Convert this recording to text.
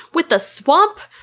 with a swamp?